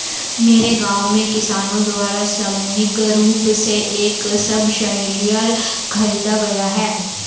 मेरे गांव में किसानो द्वारा सामूहिक रूप से एक सबसॉइलर खरीदा गया